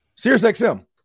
SiriusXM